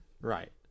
Right